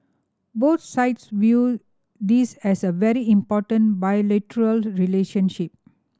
both sides view this as a very important bilateral relationship